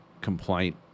complaint